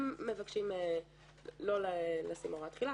הם מבקשים לא לשים הוראת תחילה.